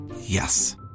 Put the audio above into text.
Yes